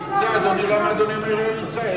נמצא, למה אדוני אומר "לא נמצא"?